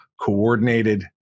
coordinated